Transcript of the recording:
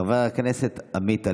חבר הכנסת עמית הלוי,